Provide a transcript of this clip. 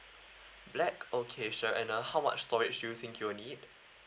black okay sure and uh how much storage do you think you'll need